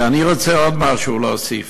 ואני רוצה עוד משהו להוסיף.